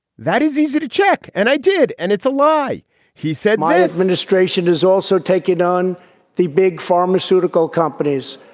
that is easy to check. and i did. and it's a lie he said, my administration is also taking on the big pharmaceutical companies.